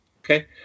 Okay